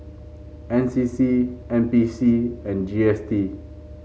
N C C N B C and G S T